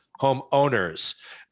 homeowners